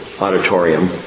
auditorium